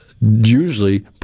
usually